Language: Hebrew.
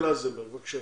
בבקשה